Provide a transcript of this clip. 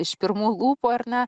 iš pirmų lūpų ar ne